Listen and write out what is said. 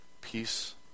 Peace